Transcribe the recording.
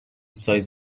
سایز